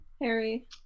harry